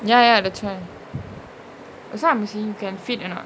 ya ya that's why as long as it can fit you know